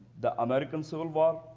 the american civil war,